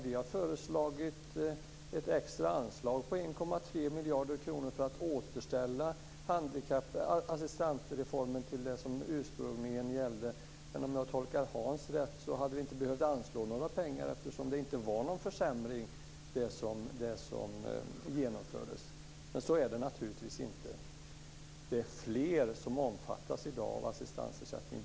Vi har föreslagit ett extra anslag på 1,3 miljarder kronor för att återställa assistansreformen till det som ursprungligen gällde. Om jag tolkar Hans Karlsson rätt hade vi inte behövt anslå några pengar, eftersom det som genomfördes inte var någon försämring. Så är det naturligtvis inte. Det är i dag fler som omfattas av assistansersättning.